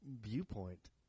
viewpoint